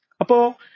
Apo